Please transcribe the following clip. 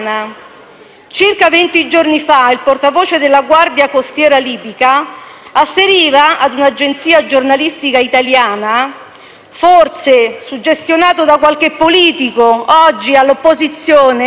Circa venti giorni fa, il portavoce della Guardia costiera libica asseriva a un'agenzia giornalistica italiana, forse suggestionato da qualche politico oggi all'opposizione,